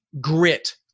grit